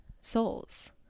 souls